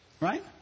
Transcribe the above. right